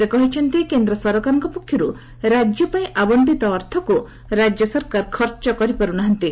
ସେ କହିଛନ୍ତି କେନ୍ଦ୍ର ସରକାରଙ୍କ ପକ୍ଷରୁ ରାଜ୍ୟପାଇଁ ଆବଶ୍ଚିତ ଅର୍ଥକ୍ ରାଜ୍ୟ ସରକାର ଖର୍ଚ୍ଚ କରିପାରୁ ନାହାନ୍ତି